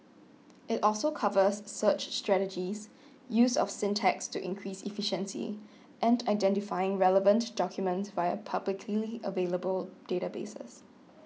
it also covers search strategies use of syntax to increase efficiency and identifying relevant documents via publicly available databases